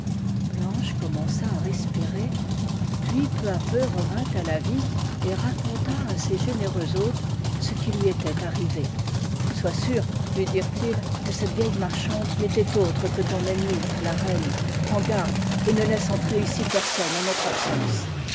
blanche commença à respirer puis peu à jcu revint à la vie et raconta assez généreux hôtes ce qui lui était arrivé sois sûre lui dirent-ils que cette vieille marchande n'était autre que ton ennemie la reine prends garde et ne laisse entrer ici personne en notre absence